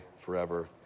forever